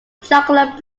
chocolate